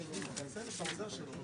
בשעה 15:00.